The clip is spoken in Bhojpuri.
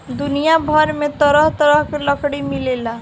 दुनिया भर में तरह तरह के लकड़ी मिलेला